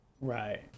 Right